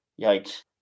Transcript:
Yikes